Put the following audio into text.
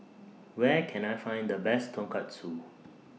Where Can I Find The Best Tonkatsu